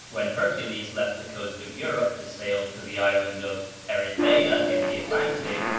when hercules left the coast of europe to sail to the island of erythea in the atlantic,